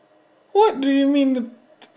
what do you mean